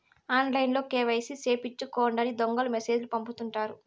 ఆన్లైన్లో కేవైసీ సేపిచ్చుకోండని దొంగలు మెసేజ్ లు పంపుతుంటారు